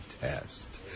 test